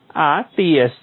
આ Ts છે